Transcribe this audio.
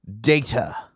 data